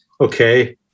okay